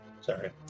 Sorry